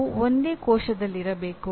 ಅವು ಒಂದೇ ಕೋಶದಲ್ಲಿರಬೇಕು